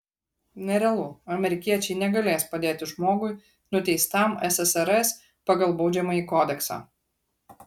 nerealu amerikiečiai negalės padėti žmogui nuteistam ssrs pagal baudžiamąjį kodeksą